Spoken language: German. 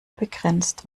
begrenzt